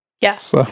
Yes